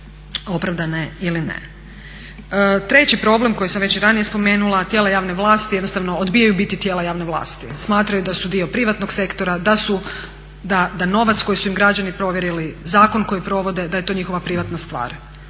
Treći problem koji sam već i ranije spomenula, tijela javne vlasti jednostavno odbijaju biti tijela javne vlasti, smatraju da su dio privatnog sektora, da novac koji su im građani povjerili, zakon koji provode da je to njihova privatna stvar.